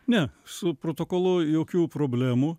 ne su protokolu jokių problemų